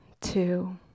Two